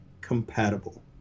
compatible